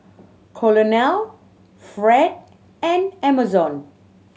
Colonel Fred and Emerson